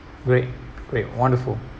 great great wonderful